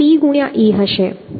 M એ p ગુણ્યા e હશે